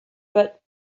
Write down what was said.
but